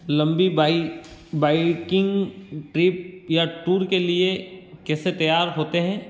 लम्बी बाई biking trip या टूर के लिए कैसे तैयार होते हैं